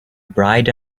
bride